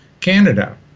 Canada